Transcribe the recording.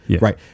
Right